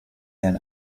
then